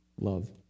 love